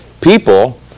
people